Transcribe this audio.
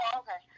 okay